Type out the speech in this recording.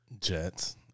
Jets